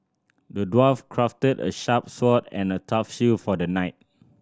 the dwarf crafted a sharp sword and a tough shield for the knight